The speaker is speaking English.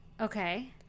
Okay